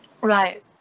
right